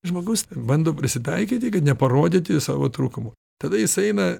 žmogus bando prisitaikyti kad neparodyti savo trūkumų tada jis eina